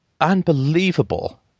unbelievable